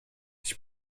ich